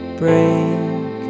break